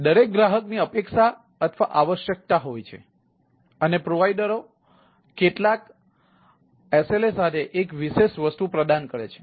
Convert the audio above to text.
તેથી દરેક ગ્રાહકની અપેક્ષા અથવા આવશ્યકતા હોય છે અને પ્રોવાઇડરઓ કેટલાક SLA સાથે એક વિશેષ વસ્તુ પ્રદાન કરે છે